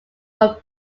from